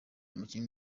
umukinnyi